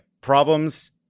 problems